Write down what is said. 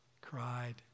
cried